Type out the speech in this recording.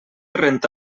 renta